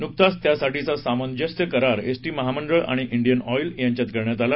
नुकताच त्यासाठीचा सामंजस्य करार एसटी महामंडळ आणि इंडियन ऑइल यांच्यात करण्यात आला